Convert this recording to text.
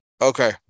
Okay